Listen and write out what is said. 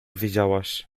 wiedziałaś